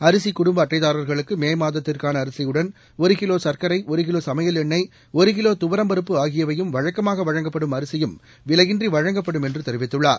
அரிசி குடும்ப அட்டைதாரர்களுக்கு மே மாதத்திற்கான அரிசியுடன் ஒரு கிலோ சர்க்கரை ஒரு கிலோ சமையல் எண்ணெய் ஒரு கிலோ துவரம் பருப்பு ஆகியவையும் வழக்கமாக வழங்கப்படும் அரிசியும் விலையின்றி வழங்கப்படும் என்று தெரிவித்துள்ளார்